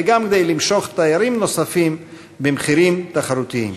וגם כדי למשוך תיירות נכנסת במחירים תחרותיים.